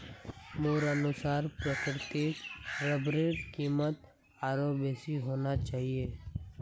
मोर अनुसार प्राकृतिक रबरेर कीमत आरोह बेसी होना चाहिए